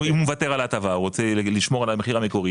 אם הוא מוותר על ההטבה והוא רוצה לשמור על המחיר המקורי